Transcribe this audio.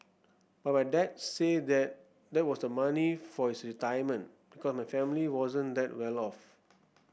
but my dad said that that was the money for his retirement because my family wasn't that well off